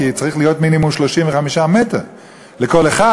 כי צריך להיות מינימום 35 מטר לכל אחד,